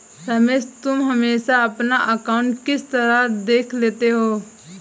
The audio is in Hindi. रमेश तुम हमेशा अपना अकांउट किस तरह देख लेते हो?